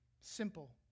simple